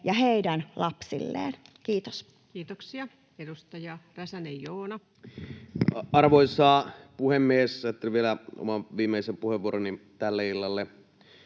ja heidän lapsilleen. — Kiitos. Kiitoksia. — Edustaja Räsänen, Joona. Arvoisa puhemies! Ajattelin vielä oman viimeisen puheenvuoroni tälle illalle